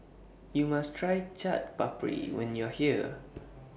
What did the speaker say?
YOU must Try Chaat Papri when YOU Are here